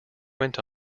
went